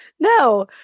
No